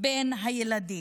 אצל הילדים.